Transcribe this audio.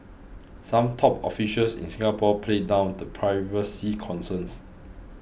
some top officials in Singapore played down the privacy concerns